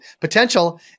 potential